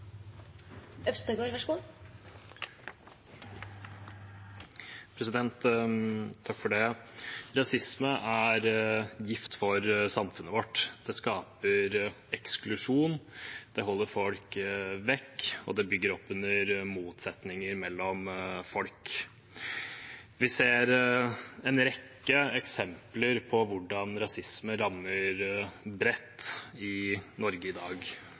gift for samfunnet vårt. Det skaper eksklusjon, det holder folk vekk, og det bygger opp under motsetninger mellom folk. Vi ser en rekke eksempler på hvordan rasisme rammer bredt i Norge i dag.